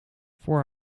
voor